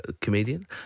comedian